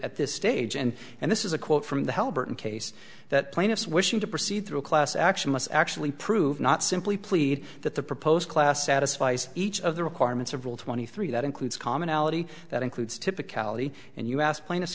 at this stage and and this is a quote from the hell burton case that plaintiffs wishing to proceed through a class action must actually prove not simply plead that the proposed class satisfies each of the requirements of rule twenty three that includes commonality that includes typicality and you asked plaintiffs